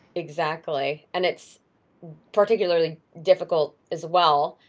exactly, and it's particularly difficult as well,